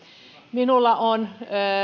minulla on